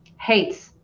hates